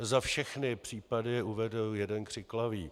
Za všechny případy uvedu jeden křiklavý.